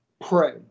pray